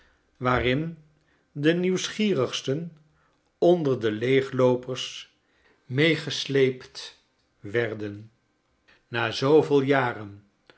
waarin de nieuwsgierigsten onder de leegloopers roeegesleept werden xa zooveel jaren